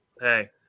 Hey